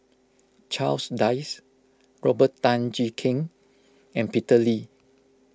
Charles Dyce Robert Tan Jee Keng and Peter Lee